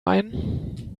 ein